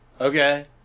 Okay